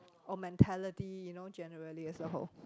or mentality you know generally as a whole